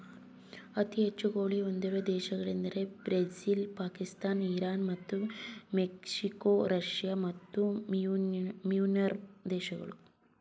ಅತಿ ಹೆಚ್ಚು ಕೋಳಿ ಹೊಂದಿರುವ ದೇಶಗಳೆಂದರೆ Brazil Pakistan Iran Bharat Mexico Russia ಮತ್ತು ಮ್ಯಾನ್ಮಾರ್ ದೇಶಗಳು